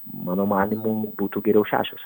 mano manymu būtų geriau šešios